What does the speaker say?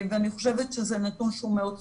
חושבת שזה נתון שהוא מאוד חשוב.